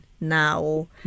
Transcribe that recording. now